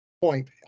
point